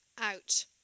out